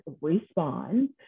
respond